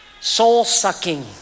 soul-sucking